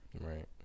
Right